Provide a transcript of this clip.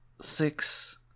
Six